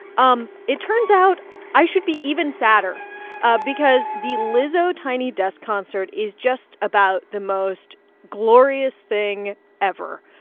um it turns out i should be even sadder because the lizzo tiny desk concert is just about the most glorious thing ever.